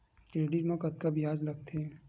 Credit मा कतका ब्याज लगथे?